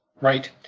Right